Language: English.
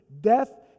death